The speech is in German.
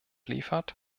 liefert